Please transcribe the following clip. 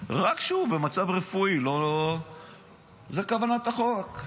רק כשהוא במצב רפואי, זו כוונת החוק.